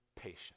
Patience